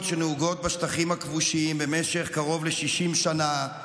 שנהוגות בשטחים הכבושים במשך קרוב ל-60 שנה,